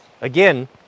again